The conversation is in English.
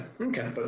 okay